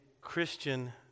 Christian